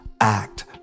act